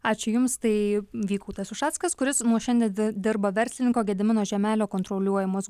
ačiū jums tai vygaudas ušackas kuris nuo šiandien dirba verslininko gedimino žiemelio kontroliuojamos